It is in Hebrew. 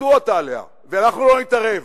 ישפטו אותה עליה, ואנחנו לא נתערב.